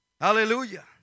Hallelujah